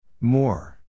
more